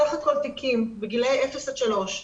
סך הכול תיקים בגילי אפס עד שלוש,